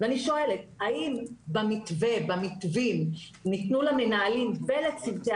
ואני שואלת האם במתווה/במתווים ניתנו למנהלים ולצוותי